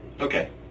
Okay